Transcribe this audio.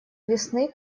весны